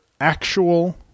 actual